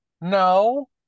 No